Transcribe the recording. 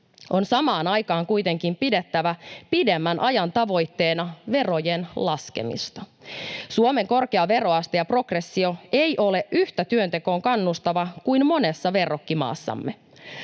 On samaan aikaan kuitenkin pidettävä pidemmän ajan tavoitteena verojen laskemista. Suomen korkea veroaste ja progressio ei ole yhtä työntekoon kannustavaa kuin monessa verrokkimaassamme.